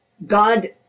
God